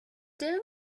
done